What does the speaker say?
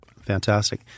Fantastic